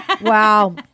Wow